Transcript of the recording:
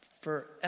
forever